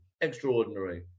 extraordinary